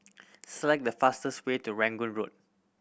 select the fastest way to Rangoon Road